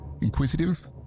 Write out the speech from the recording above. inquisitive